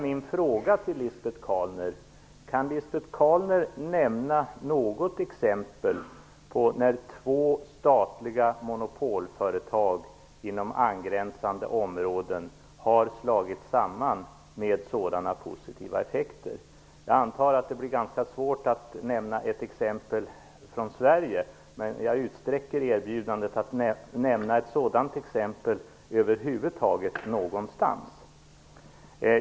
Min fråga till Lisbet Calner är då: Kan Lisbet Calner nämna något exempel på när två statliga monopolföretag inom angränsande områden har slagits samman med sådana positiva effekter? Jag antar att det blir ganska svårt att nämna ett exempel från Sverige, så jag utsträcker erbjudandet till att gälla exempel varifrån som helst.